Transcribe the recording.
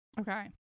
Okay